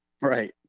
Right